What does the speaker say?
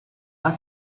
are